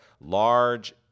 large